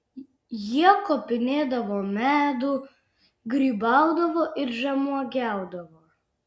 jie kopinėdavo medų grybaudavo ir žemuogiaudavo